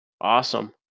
Awesome